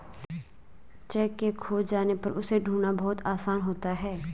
cheque के खो जाने पर उसे ढूंढ़ना बहुत आसान होता है